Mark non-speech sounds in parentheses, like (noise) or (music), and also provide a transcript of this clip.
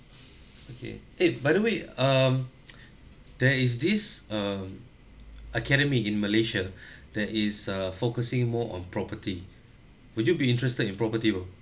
okay eh by the way um (noise) there is this um academy in malaysia (breath) there is uh focusing more on property would you be interested in property bro